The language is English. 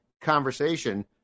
conversation